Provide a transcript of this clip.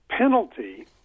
penalty